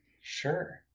Sure